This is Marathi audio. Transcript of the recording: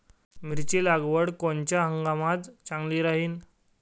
मिरची लागवड कोनच्या हंगामात चांगली राहीन?